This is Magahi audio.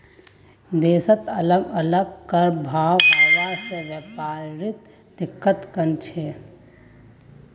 देशत अलग अलग कर भाव हवा से व्यापारत दिक्कत वस्छे